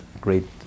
Great